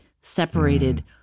separated